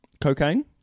cocaine